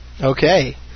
Okay